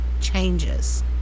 changes